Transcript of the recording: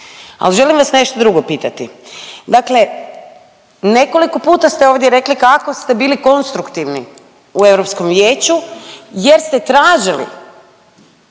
Al želim vas nešto drugo pitati, dakle nekoliko puta ste ovdje rekli kako ste bili konstruktivni u Europskom vijeću jer ste tražili